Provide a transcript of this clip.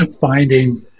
finding